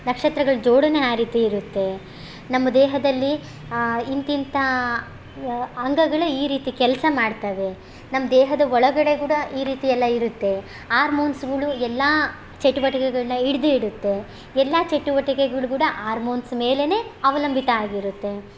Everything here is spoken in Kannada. ನಕ್ಷತ್ರಗಳ ಜೋಡಣೆ ಆ ರೀತಿ ಇರುತ್ತೆ ನಮ್ಮ ದೇಹದಲ್ಲಿ ಇಂತಿಂತ ಅಂಗಗಳು ಈ ರೀತಿ ಕೆಲಸ ಮಾಡ್ತಾವೆ ನಮ್ಮ ದೇಹದ ಒಳಗಡೆಕೂಡ ಈ ರೀತಿಯಲ್ಲ ಇರುತ್ತೆ ಆರ್ಮೊನ್ಸ್ಗಳು ಎಲ್ಲ ಚಟುವಟಿಕೆಗಳನ್ನ ಹಿಡ್ದಿಡುತ್ತೆ ಎಲ್ಲ ಚಟುವಟಿಕೆಗುಳ್ಕೂಡ ಆರ್ಮೋನ್ಸ್ ಮೇಲೆ ಅವಲಂಬಿತ ಆಗಿರುತ್ತೆ